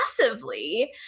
massively